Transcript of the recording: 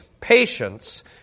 patience